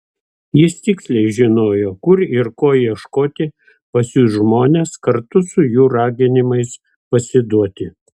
jis tiksliai žinojo kur ir ko ieškoti pasiųs žmones kartu su jų raginimais pasiduoti